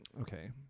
okay